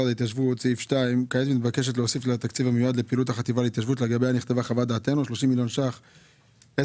להוסיף למשרד להתיישבות 30 מיליון שקל סך הכל,